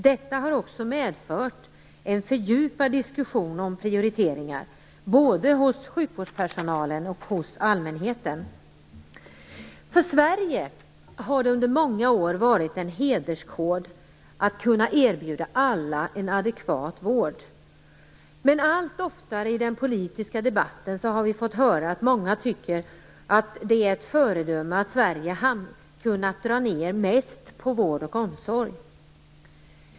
Detta har också medfört en fördjupad diskussion om prioriteringar, både hos sjukvårdspersonalen och hos allmänheten. För Sverige har det under många år varit en hederskod att kunna erbjuda alla en adekvat vård, men allt oftare har vi i den politiska debatten fått höra att många tycker att det är ett föredöme att Sverige kunnat dra ned mest på vård och omsorg.